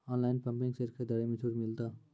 Online pumping set खरीदारी मे छूट मिलता?